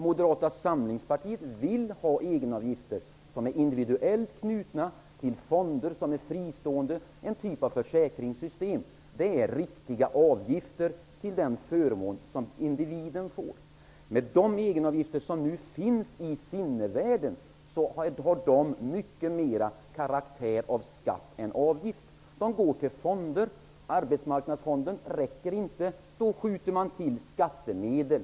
Moderata samlingspartiet vill ha egenavgifter som är individuellt knutna till fristående fonder, en typ av försäkringssystem. Det är riktiga avgifter för den förmån som individen får. De egenavgifter som nu finns i sinnevärlden har mycket större karaktär av skatt än av avgift. De går till en fond. Eftersom Arbetsmarknadsfonden inte räcker till, skjuter man till skattemedel.